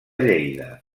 lleida